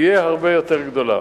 יהיה הרבה יותר גדול.